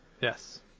Yes